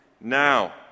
now